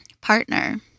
partner